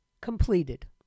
completed